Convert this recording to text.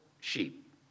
sheep